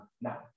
now